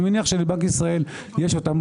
אני מניח שלבנק ישראל יש אותם,